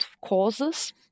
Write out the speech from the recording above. causes